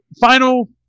final